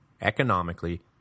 economically